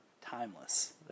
timeless